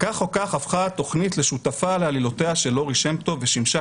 "כך או כך הפכה התוכנית לשותפה לעלילותיה של לורי שם טוב ושימשה